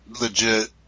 legit